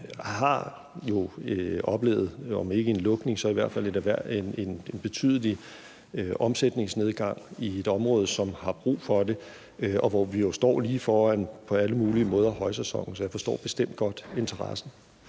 som har oplevet om ikke en lukning så i hvert fald en betydelig omsætningsnedgang i et område, som har brug for det, og hvor vi på alle mulige måder står lige foran højsæsonen. Så jeg forstår bestemt godt interessen.